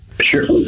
Sure